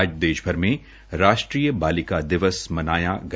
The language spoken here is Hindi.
आज देशभर में राष्ट्रीय बालिका दिवस मनाया गया